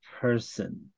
person